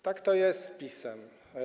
Tak to jest z PiS-em.